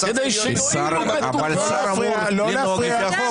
השר אמור לנהוג לפי החוק.